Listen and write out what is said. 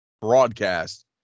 broadcast